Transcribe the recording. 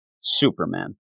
superman